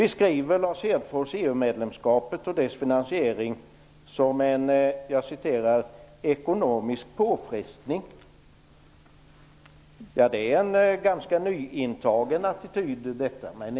Lars Hedfors beskriver EU-medlemskapet och dess finansiering som en "ekonomisk påfrestning". Det är en ganska nyintagen attityd.